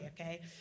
okay